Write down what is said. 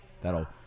that'll